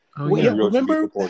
remember